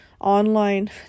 online